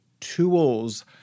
tools